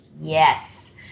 Yes